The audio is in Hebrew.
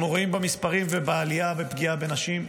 אנחנו רואים במספרים ובעלייה בפגיעה בנשים,